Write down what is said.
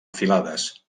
filades